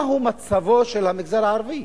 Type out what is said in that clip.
מהו מצבו של המגזר הערבי,